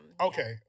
Okay